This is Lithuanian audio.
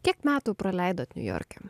kiek metų praleidot niujorke